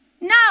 No